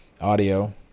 audio